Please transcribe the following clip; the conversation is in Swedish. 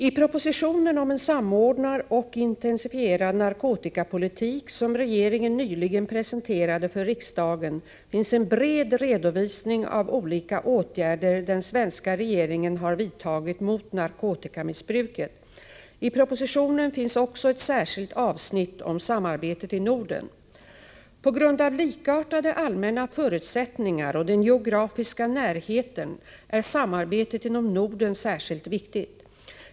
I propositionen om en samordnad och intensifierad narkotikapolitik, som regeringen nyligen presenterade för riksdagen, finns en bred redovisning av olika åtgärder den svenska regeringen har vidtagit mot narkotikamissbruket. I propositionen finns också ett särskilt avsnitt om samarbetet i Norden. På grund av likartade allmänna förutsättningar och den geografiska närheten är samarbetet inom Norden särskilt viktigt.